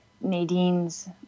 Nadine's